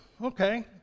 okay